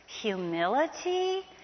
humility